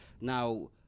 Now –